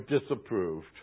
disapproved